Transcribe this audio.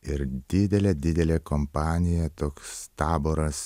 ir didelė didelė kompanija toks taboras